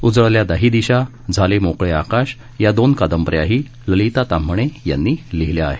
उजळल्या दाही दिशा झाले मोकळे आकाश या दोन कादंबऱ्याही ललिता ताम्हणे यांनी लिहिल्या आहेत